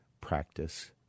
practice